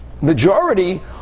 majority